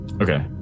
Okay